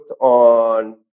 on